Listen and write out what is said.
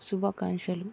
శుభాకాంక్షలు